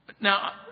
Now